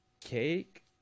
Cake